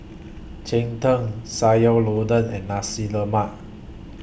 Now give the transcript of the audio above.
Cheng Tng Sayur Lodeh and Nasi Lemak